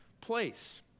place